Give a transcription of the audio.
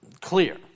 clear